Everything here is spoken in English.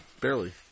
Barely